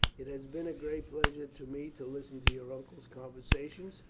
it has been a great pleasure to me to listen to your uncle's conversation,